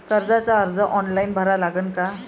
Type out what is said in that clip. कर्जाचा अर्ज ऑनलाईन भरा लागन का?